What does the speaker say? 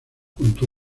contó